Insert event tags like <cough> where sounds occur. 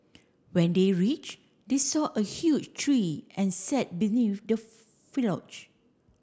when they reach they saw a huge tree and sat beneath the <unintelligible>